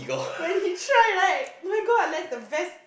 when he try right my-god that's the best